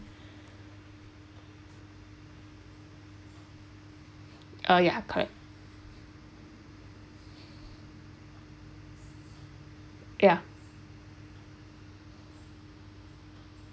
ah ya correct ya